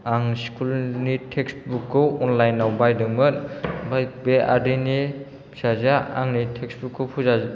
आं स्कुल नि text book खौ अनलाइन आव बायदोंमोन ओमफ्राय बे आदैनि फिसाजोआ आंनि टेक्सट बुक खौ फोजा